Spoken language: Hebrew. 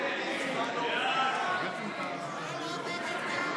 הסתייגות 1 לא נתקבלה.